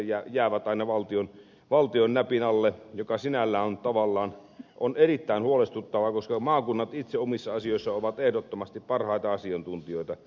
rahapäätökset jäävät aina valtion näpin alle mikä sinällään on tavallaan erittäin huolestuttavaa koska maakunnat itse omissa asioissaan ovat ehdottomasti parhaita asiantuntijoita